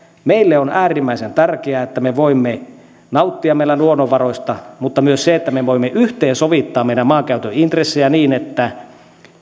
meille on äärimmäisen tärkeää se että me voimme nauttia meidän luonnonvaroista mutta myös se että me voimme yhteensovittaa meidän maankäytön intressejä niin että